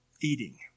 Eating